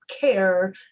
care